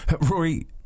Rory